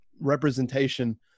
representation